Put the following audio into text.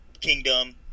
kingdom